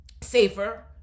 safer